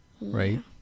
right